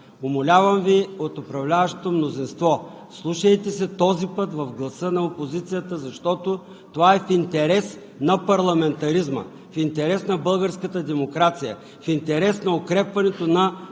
Умолявам Ви, от управляващото мнозинство, вслушайте се този път в гласа на опозицията, защото е в интерес на парламентаризма, в интерес на българската демокрация, в интерес на укрепването на доверието